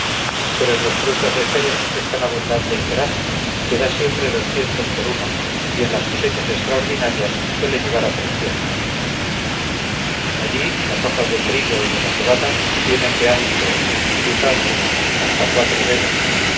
pero en los frutos de céres es tan abundante y feraz que da siempre doscientos por uno y en las cosechas extraordinarias suele llegar a trescientos allí las hojas de trigo y de la cebada tienen de ancho sin disputa alguna hasta cuatro dedos